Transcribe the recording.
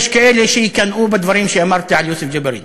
יש כאלה שיקנאו בדברים שאמרתי על יוסף ג'בארין.